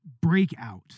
breakout